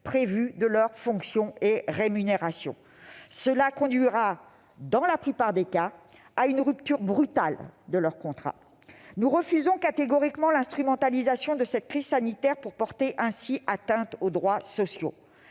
prévue de leur fonction et rémunération. Cela conduira, dans la plupart des cas, à une rupture brutale de leur contrat. Nous refusons catégoriquement l'instrumentalisation de cette crise sanitaire pour porter ainsi atteinte aux droits sociaux.